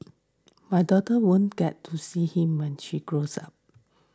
my daughter won't get to see him when she grows up